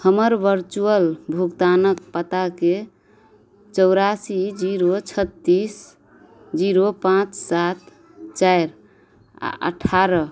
हमर वर्चुअल भुगतानके पताकेँ चौरासी जीरो छत्तीस जीरो पाँच सात चारि आओर अठारह